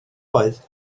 oedd